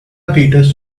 peters